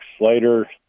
later